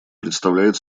представляет